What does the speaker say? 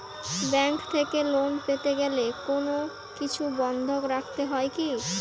Bank থেকে loan পেতে গেলে কোনো কিছু বন্ধক রাখতে হয় কি?